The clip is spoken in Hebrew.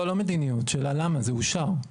לא מדיניות, השאלה למה זה אושר?